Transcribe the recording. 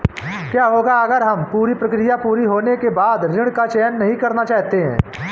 क्या होगा अगर हम पूरी प्रक्रिया पूरी होने के बाद ऋण का चयन नहीं करना चाहते हैं?